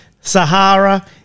Sahara